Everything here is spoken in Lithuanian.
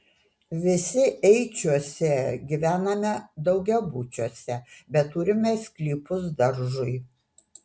visi eičiuose gyvename daugiabučiuose bet turime sklypus daržui